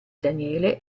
daniele